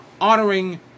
honoring